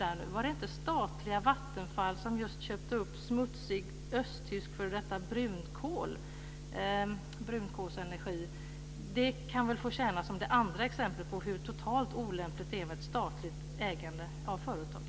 Är det inte statliga Vattenfall som just köpt upp smutsig brunkolsenergi från f.d. Östtyskland? Det kan få tjäna som det andra exemplet på hur totalt olämpligt det är med statligt ägande av företag.